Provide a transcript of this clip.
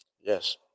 Yes